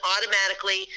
automatically